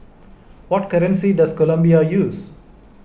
what currency does Colombia use